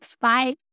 Bye